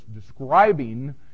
describing